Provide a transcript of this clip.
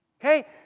Okay